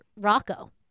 Rocco